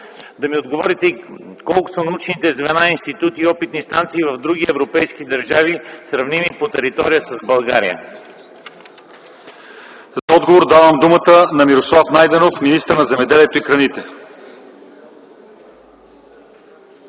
Да ми отговорите и колко са научните звена, институти и опитни станции в други европейски държави, сравними по територия с България? ПРЕДСЕДАТЕЛ ЛЪЧЕЗАР ИВАНОВ: За отговор давам думата на Мирослав Найденов – министър на земеделието и храните.